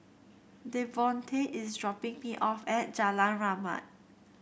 Devontae is dropping me off at Jalan Rahmat